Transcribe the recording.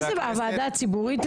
לוועדה הציבורית?